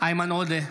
איימן עודה,